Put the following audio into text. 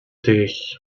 dich